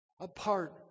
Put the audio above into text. Apart